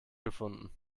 gefunden